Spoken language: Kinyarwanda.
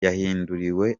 yahinduriwe